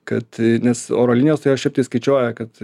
kad nes oro linijos tai jos šiaip tai skaičiuoja kad